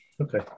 Okay